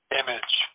image